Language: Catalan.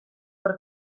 per